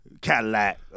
Cadillac